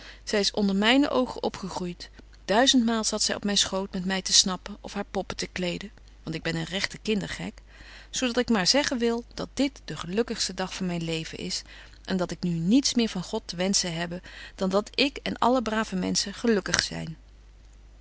zy is onder myne oogen opgegroeit duizendmaal zat zy op myn schoot met my te snappen of haar poppen te kleden want ik ben een regte kinder gek zo dat ik maar zeggen wil dat dit de gelukkigste dag van myn leven is en dat ik nu niets meer van god te wenschen hebbe dan dat ik en alle brave menschen gelukkig zyn